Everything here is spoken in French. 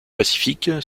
pacifique